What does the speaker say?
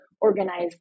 Organize